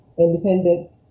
independence